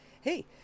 Hey